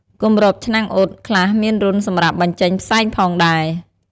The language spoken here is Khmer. គម្របឆ្នាំងអ៊ុតខ្លះមានរន្ធសម្រាប់បញ្ចេញផ្សែងផងដែរ។